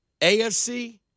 AFC